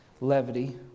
levity